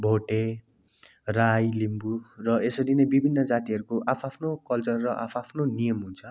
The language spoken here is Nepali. भोटे राई लिम्बू र यसरी नै विभिन्न जातिहरूको आफ आफ्नो कलचर र आफ आफ्नो नियम हुन्छ